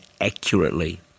accurately